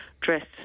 dress